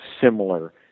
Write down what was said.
similar